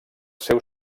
seu